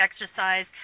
Exercise